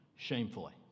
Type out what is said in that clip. Shamefully